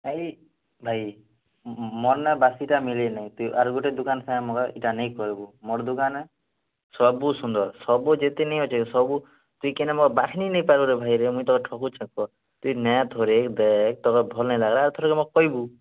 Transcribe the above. ଭାଇ ଭାଇ ମୋର୍ ନା ବାକିଟା ମିଲିନାହିଁ ତୁଇ ଆର୍ ଦୁକାନ ଗୁଟେ ଏଟା ନେଇ କର୍ବୁ ମୋର୍ ଦୁକାନ୍ ଏ ସବୁ ସୁନ୍ଦର ସବୁ ଯେତେନି ଅଛେ ସବୁ ତୁଇ କେନ୍ତା ବାଛ୍ନି ନାଇଁପାରୁ ଭାଇରେ ମୁଇଁ ତତେ ଠକୁଛେ କହ ତୁଇ ନେ ଥରେ ଦେଖ୍ ତ ଭଲ୍ନାଇଁ ଲାଗ୍ଲା ଆଉଥରେ କହିବୁ